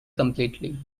completely